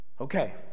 Okay